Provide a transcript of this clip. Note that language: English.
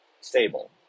stable